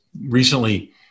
recently